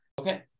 okay